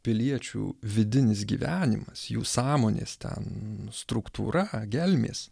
piliečių vidinis gyvenimas jų sąmonės ten struktūra gelmės